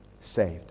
saved